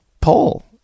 poll